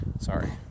sorry